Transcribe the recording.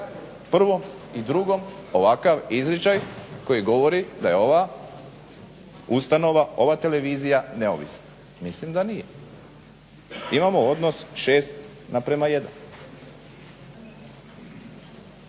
prvom i drugom ovakav izričaj koji govori da je ova ustanova, ova televizija neovisna, mislim da nije, imamo odnos 6:1.